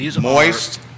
Moist